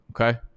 Okay